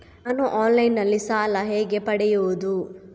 ನಾನು ಆನ್ಲೈನ್ನಲ್ಲಿ ಸಾಲ ಹೇಗೆ ಪಡೆಯುವುದು?